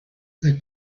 the